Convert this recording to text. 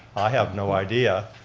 i have no idea,